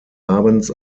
abends